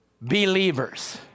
believers